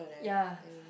ya